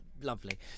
lovely